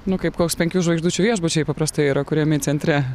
nu kaip koks penkių žvaigždučių viešbučiai paprastai yra kuriami centre